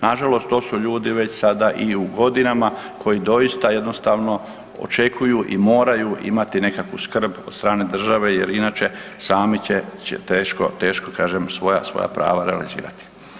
Nažalost to su ljudi već sada i u godinama koji doista jednostavno očekuju i moraju imati nekakvu skrb od strane države jer inače sami će, će teško, teško kažem svoja, svoja prava realizirati.